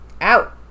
out